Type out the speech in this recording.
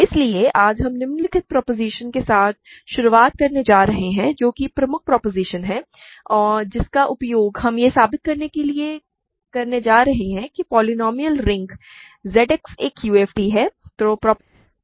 इसलिए आज हम निम्नलिखित प्रोपोज़िशन के साथ शुरुआत करने जा रहे हैं जो कि प्रमुख प्रोपोज़िशन है जिसका उपयोग हम यह साबित करने के लिए करने जा रहे हैं कि पोलीनोमिअल रिंग Z X एक UFD है